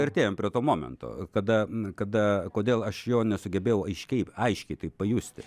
artėjam prie to momento kada kada kodėl aš jo nesugebėjau aiškiai aiškiai taip pajusti